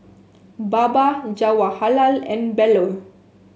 Baba Jawaharlal and Bellur